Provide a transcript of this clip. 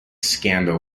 scandal